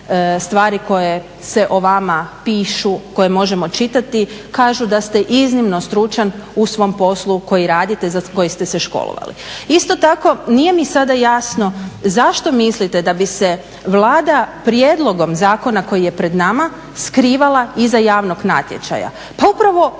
stvari koje se o vama pišu koje možemo čitati kažu da ste iznimno stručan u svom poslu koji radite, za koji ste se školovali. Isto tako, nije mi sada jasno zašto mislite da bi se Vlada prijedlogom zakona koji je pred nama skrivala iza javnog natječaja. Pa upravo